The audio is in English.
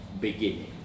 beginning